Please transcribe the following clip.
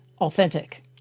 authentic